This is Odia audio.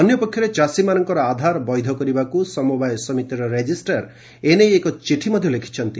ଅନ୍ୟ ପକ୍ଷରେ ଚାଷୀମାନଙ୍କର ଆଧାର ବୈଧ କରିବାକୁ ସମବାୟ ସମିତିର ରେଜିଷ୍ଟାର ଏ ନେଇ ଏକ ଚିଠି ଲେଖିଛନ୍ତି